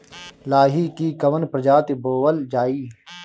लाही की कवन प्रजाति बोअल जाई?